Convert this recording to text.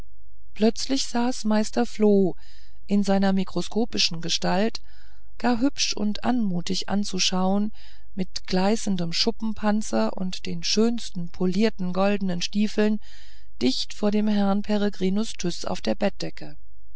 plötzlich saß meister floh in seiner mikroskopischen gestalt gar hübsch und anmutig anzuschauen mit gleißendem schuppenpanzer und den schönsten polierten goldenen stiefeln dicht vor dem herrn peregrinus tyß auf der bettdecke